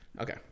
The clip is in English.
okay